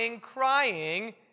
crying